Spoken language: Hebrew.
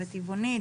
וטבעונית,